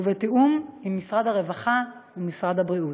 ובתיאום עם משרד הרווחה ומשרד הבריאות.